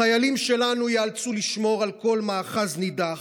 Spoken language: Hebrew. החיילים שלנו ייאלצו לשמור על כל מאחז נידח.